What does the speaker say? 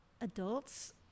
adults